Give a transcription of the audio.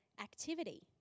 activity